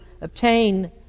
obtain